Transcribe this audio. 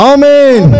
Amen